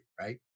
Right